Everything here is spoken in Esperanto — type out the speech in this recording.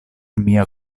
mia